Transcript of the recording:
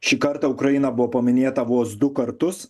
šį kartą ukraina buvo paminėta vos du kartus